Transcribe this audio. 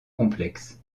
complexes